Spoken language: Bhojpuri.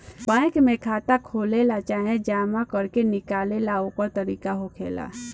बैंक में खाता खोलेला चाहे जमा करे निकाले ला ओकर तरीका होखेला